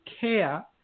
care